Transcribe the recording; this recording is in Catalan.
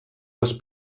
les